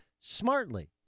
smartly